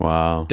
Wow